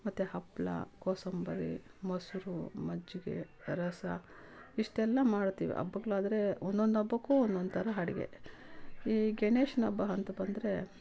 ಮತ್ತು ಹಪ್ಳ ಕೋಸಂಬರಿ ಮೊಸರು ಮಜ್ಜಿಗೆ ರಸ ಇಷ್ಟೆಲ್ಲ ಮಾಡ್ತೀವಿ ಹಬ್ಬಗ್ಳಾದ್ರೆ ಒನ್ನೊಂದು ಹಬ್ಬಕ್ಕೂ ಒನ್ನೊಂದು ಥರ ಅಡ್ಗೆ ಈ ಗಣೇಶ್ನ್ ಹಬ್ಬ ಅಂತ ಬಂದರೆ